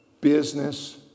business